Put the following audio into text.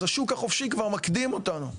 אז השוק החופשי כבר מקדים אותנו,